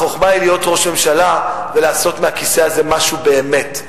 החוכמה היא להיות ראש ממשלה ולעשות מהכיסא הזה משהו באמת,